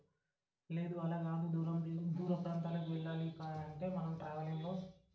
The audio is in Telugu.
లేదు అలా కాదు దూరం దూరప్రాంతాలకే వెళ్ళాలి అంటే మనం ట్రావెలింగ్లో